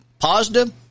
Positive